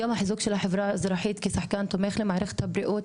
גם חיזוק של החברה האזרחית כשחקן תומך למערכת הבריאות,